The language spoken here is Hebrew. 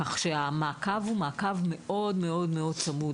כך שהמעקב הוא מעקב מאוד מאוד צמוד.